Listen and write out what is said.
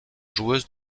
joueuse